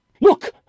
Look